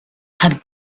had